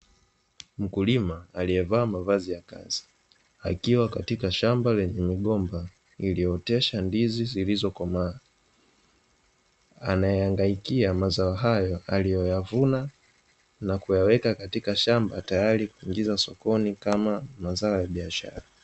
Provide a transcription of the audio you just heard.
Mkulima aliyevaa mavazi ya kazi, akiwa katika shamba lenye migomba iliyooteshwa ndizi zilizokomaa, anayahangaikia mazao hayo aliyoyavuna na kuyaweka katika shamba tayari kuingiza sokoni kama mazao ya biashara.